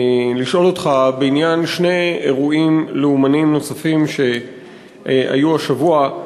לשאול אותך בעניין שני אירועים לאומניים נוספים שהיו השבוע: